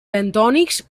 bentònics